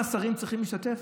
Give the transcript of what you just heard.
כמה שרים צריכים להשתתף.